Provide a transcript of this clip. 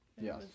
Yes